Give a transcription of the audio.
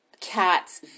Cats